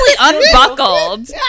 unbuckled